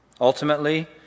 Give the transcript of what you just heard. Ultimately